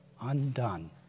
undone